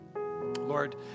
Lord